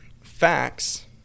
facts